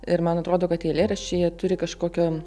ir man atrodo kad eilėraščiai jie turi kažkokio